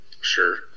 Sure